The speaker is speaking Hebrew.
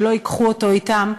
שלא ייקחו אותו אתם,